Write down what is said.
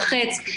לחץ,